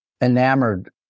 enamored